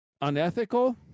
Unethical